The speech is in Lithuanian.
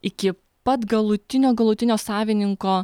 iki pat galutinio galutinio savininko